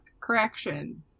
Correction